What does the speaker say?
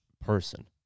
person